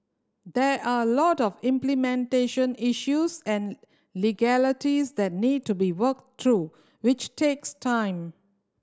there are a lot of implementation issues and legalities that need to be worked through which takes time